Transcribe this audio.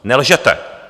Nelžete!